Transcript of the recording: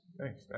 Thanks